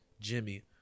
jimmy